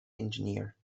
engineer